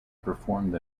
performed